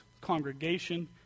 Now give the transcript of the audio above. congregation